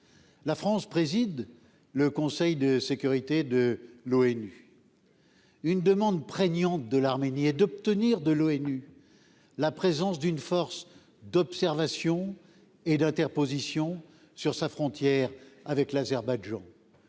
la France préside le Conseil de sécurité de l'ONU une demande prégnante de l'Arménie et d'obtenir de l'ONU, la présence d'une force d'observation et d'interposition sur sa frontière avec l'Azerbaïdjan,